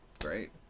Great